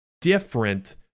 different